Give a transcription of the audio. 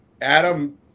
Adam